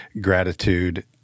gratitude